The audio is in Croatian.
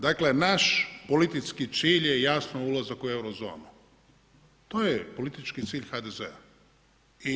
Dakle, naš politički cilj je jasno ulazak u Euro zonu, to je politički cilj HDZ-a.